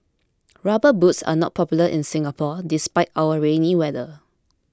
rubber boots are not popular in Singapore despite our rainy weather